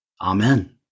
Amen